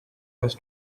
has